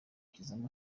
tizama